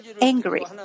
angry